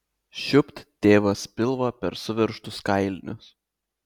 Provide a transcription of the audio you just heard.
šiupt tėvas pilvą per suveržtus kailinius